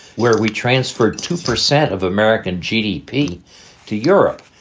where we transferred two percent of american gdp to europe.